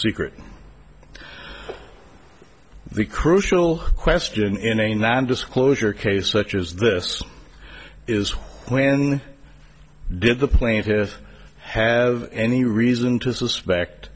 secret the crucial question in a non disclosure case such as this is when did the plaintiffs have any reason to suspect